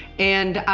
and